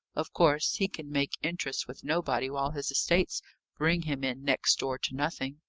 of course he can make interest with nobody while his estates bring him in next door to nothing.